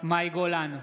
מאי גולן,